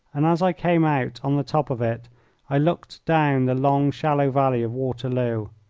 and as i came out on the top of it i looked down the long, shallow valley of waterloo.